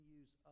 use